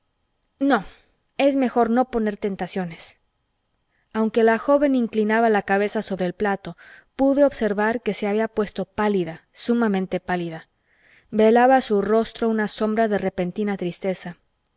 no es mejor no poner tentaciones aunque la joven inclinaba la cabeza sobre el plato pude observar que se había puesto pálida sumamente pálida velaba su rostro una sombra de repentina tristeza